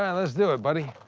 yeah let's do it, buddy.